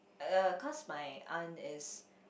uh cause my aunt is